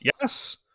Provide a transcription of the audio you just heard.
yes